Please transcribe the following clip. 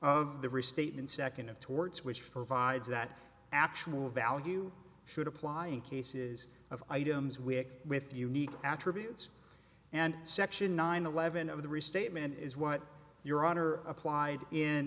of the restatement second of torts which provides that actual value should apply in cases of items we act with unique attributes and section nine eleven of the restatement is what your honor applied in